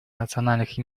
национальных